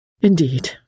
Indeed